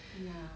ya